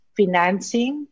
financing